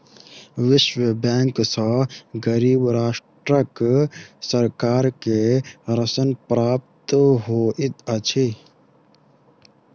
विश्व बैंक सॅ गरीब राष्ट्रक सरकार के ऋण प्राप्त होइत अछि